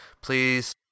please